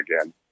again